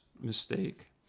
mistake